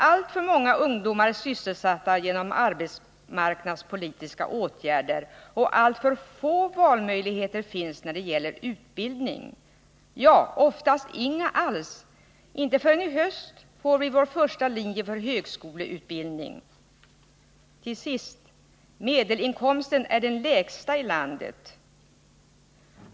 Alltför många ungdomar är sysselsatta genom arbetsmarknadspolitiska åtgärder, och alltför få valmöjligheter finns när det gäller utbildning — ja, oftast inga alls. Inte förrän i höst får vi vår första linje för högskoleutbildning. Till sist: Medelinkomsten är den lägsta i landet.